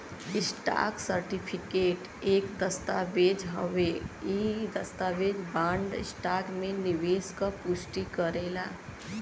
stock certificate एक दस्तावेज़ हउवे इ दस्तावेज बॉन्ड, स्टॉक में निवेश क पुष्टि करेला